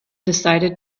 decided